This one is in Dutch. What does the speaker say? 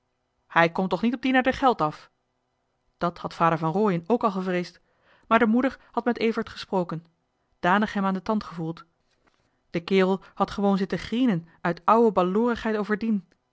hij komt toch niet op dina d'er geld af dat had vader van rooien ook al gevreesd maar de moeder had met evert gesproken danig hem aan johan de meester de zonde in het deftige dorp den tand gevoeld de kerel had gewoon zitten grienen uit ou'e baloorigheid over